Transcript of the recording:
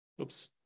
Oops